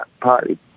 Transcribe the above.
party